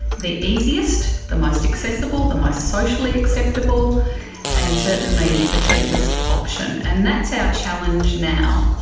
the easiest, the most accessible, the most socially acceptable and certainly the cheapest option. and that's our challenge now